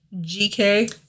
Gk